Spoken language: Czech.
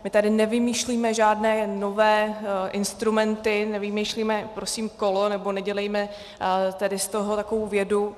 My tady nevymýšlíme žádné nové instrumenty, nevymýšlíme prosím kolo, nebo nedělejme tady z toho takovou vědu.